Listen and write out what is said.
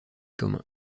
communs